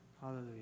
Hallelujah